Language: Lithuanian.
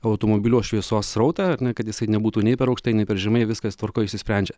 automobilio šviesos srautą ar ne kad jisai nebūtų nei per aukštai nei per žemai viskas tvarkoj išsisprendžia